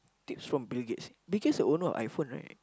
tips from Bill-Gates Bill-Gates the owner of iPhone right